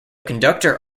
conductor